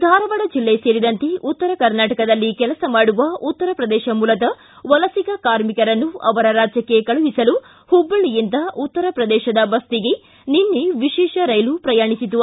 ಧಾರವಾಡ ಜಿಲ್ಲೆ ಸೇರಿದಂತೆ ಉತ್ತರ ಕರ್ನಾಟಕದಲ್ಲಿ ಕೆಲಸ ಮಾಡುವ ಉತ್ತರ ಪ್ರದೇಶ ಮೂಲದ ವಲಸಿಗ ಕಾರ್ಮಿಕರನ್ನು ಅವರ ರಾಜ್ಕಕ್ಕೆ ಕಳುಹಿಸಲು ಹುಬ್ಬಳ್ಳಿಯಿಂದ ಉತ್ತರ ಪ್ರದೇಶದ ಬಸ್ತಿಗೆ ನಿನ್ನೆ ವಿಶೇಷ ರೈಲು ಪ್ರಯಾಣಿಸಿತು